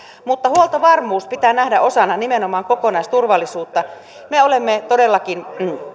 mutta huoltovarmuus pitää nähdä osana nimenomaan kokonaisturvallisuutta me olemme todellakin